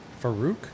Farouk